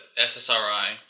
SSRI